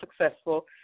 successful